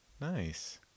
Nice